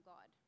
God